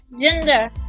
Gender